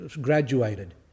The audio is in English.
graduated